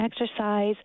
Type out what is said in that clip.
exercise